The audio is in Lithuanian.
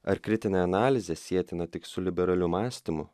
ar kritinė analizė sietina tik su liberaliu mąstymu